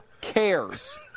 cares